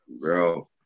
Bro